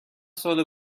ساله